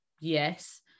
yes